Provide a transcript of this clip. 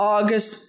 August